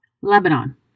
Lebanon